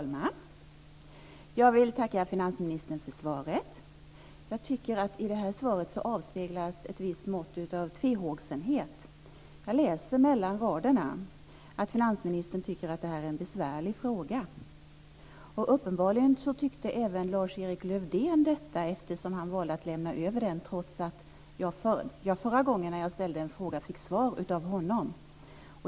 Fru talman! Jag vill tacka finansministern för svaret. Jag tycker att det avspeglas ett visst mått av tvehågsenhet i svaret. Jag läser mellan raderna att finansministern tycker att det här är en besvärlig fråga. Uppenbarligen tyckte även Lars-Erik Lövdén detta, eftersom han valde att lämna över interpellationen trots att jag förra gången när jag ställde en fråga fick svar av honom.